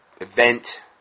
event